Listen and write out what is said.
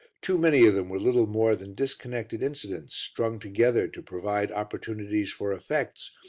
too many of them were little more than disconnected incidents, strung together to provide opportunities for effects,